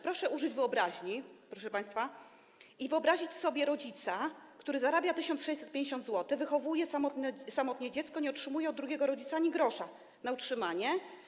Proszę użyć wyobraźni, proszę państwa, i wyobrazić sobie rodzica, który zarabia 1650 zł, wychowuje samotnie dziecko i nie otrzymuje od drugiego rodzica ani grosza na utrzymanie.